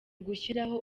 gushyiraho